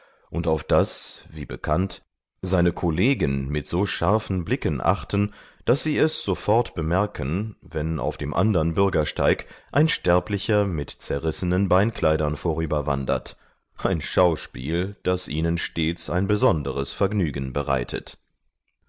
und auf das wie bekannt seine kollegen mit so scharfen blicken achten daß sie es sofort bemerken wenn auf dem andern bürgersteig ein sterblicher mit zerrissenen beinkleidern vorüberwandert ein schauspiel das ihnen stets ein besonderes vergnügen bereitet